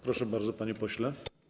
Proszę bardzo, panie pośle.